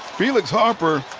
felix harper,